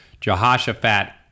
Jehoshaphat